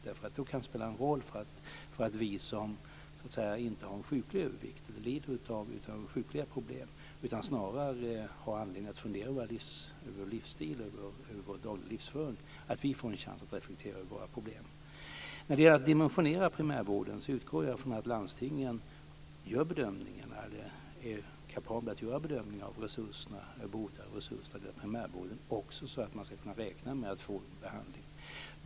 Den kan spela en roll för att vi som inte har en sjuklig övervikt eller lider av sjukliga problem, utan snarare har anledning att fundera över vår livsstil och dagliga livsföring, kan få en chans att reflektera över våra problem. När det gäller att dimensionera sjukvården utgår jag från att landstingen är kapabla att göra bedömningen av resurserna till primärvården så att det går att räkna med att få behandling.